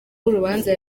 urubanza